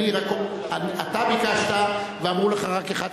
אתה ביקשת ואמרו לך "רק אחד",